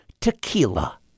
tequila